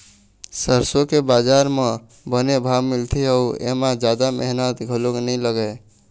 सरसो के बजार म बने भाव मिलथे अउ एमा जादा मेहनत घलोक नइ लागय